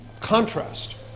contrast